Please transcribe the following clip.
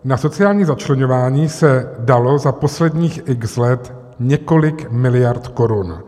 Na sociální začleňování se dalo za posledních x let několik miliard korun.